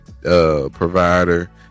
provider